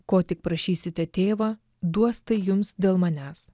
ko tik prašysite tėvą duos tai jums dėl manęs